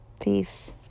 Peace